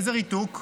איזה ריתוק?